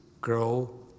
grow